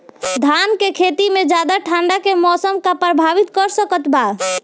धान के खेती में ज्यादा ठंडा के मौसम का प्रभावित कर सकता बा?